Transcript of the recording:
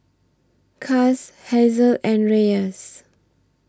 Cas Hazelle and Reyes